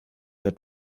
der